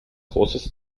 großes